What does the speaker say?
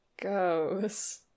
goes